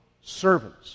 servants